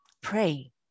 pray